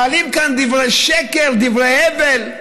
מעלים כאן דברי שקר, דברי הבל.